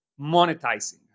monetizing